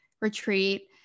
retreat